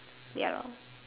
ya lor